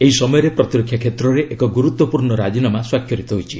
ଏହି ସମୟରେ ପ୍ରତିରକ୍ଷା କ୍ଷେତ୍ରରେ ଏକ ଗୁରୁତ୍ୱପୂର୍ଣ୍ଣ ରାଜିନାମା ସ୍ୱାକ୍ଷରିତ ହୋଇଛି